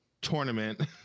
tournament